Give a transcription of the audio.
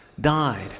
died